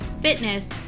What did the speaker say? fitness